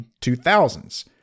2000s